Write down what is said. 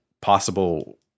possible